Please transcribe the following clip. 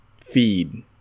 feed